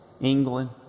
England